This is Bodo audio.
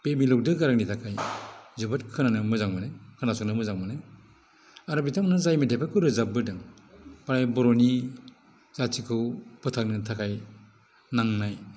बे मिलौदो गारांनि थाखाय जोबोद खोनानो मोजां मोनो खोनासंनो मोजां मोनो आरो बिथांमोना जायो मेथाइफोरखौ रोजाबबोदों प्राय बर'नि जातिखौ फोथांनो थाखाय नांनाय